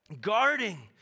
Guarding